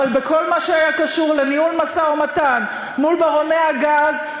אבל בכל מה שהיה קשור לניהול משא-ומתן מול ברוני הגז,